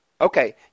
Okay